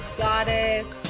goddess